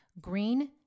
Green